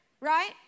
right